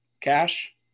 Cash